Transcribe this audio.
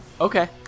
okay